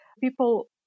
People